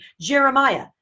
Jeremiah